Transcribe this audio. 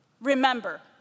Remember